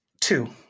two